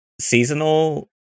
seasonal